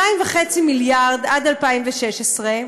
2.5 מיליארד עד 2016,